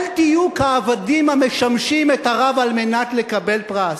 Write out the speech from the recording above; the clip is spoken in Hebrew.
אל תהיו כעבדים המשמשים את הרב על מנת לקבל פרס,